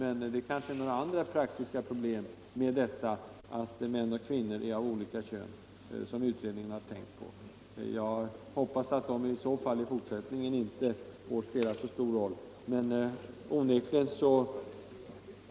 Är det några andra praktiska problem med att ha personer av olika kön i förbanden som man tänkt på?